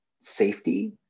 safety